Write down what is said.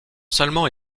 seulement